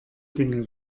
dinge